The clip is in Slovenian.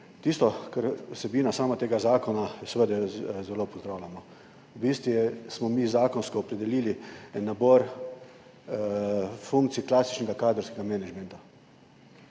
Tisto, kar je sama vsebina tega zakona, seveda zelo pozdravljamo. V bistvu smo mi zakonsko opredelili nabor funkcij klasičnega kadrovskega menedžmenta,